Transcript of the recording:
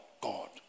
God